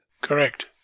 Correct